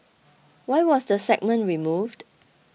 why was the segment removed